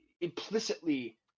implicitly